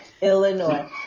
Illinois